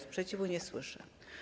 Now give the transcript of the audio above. Sprzeciwu nie słyszę.